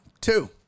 two